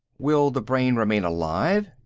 will the brain remain alive?